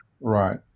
right